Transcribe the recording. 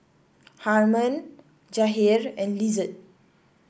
Harmon Jahir and Lizette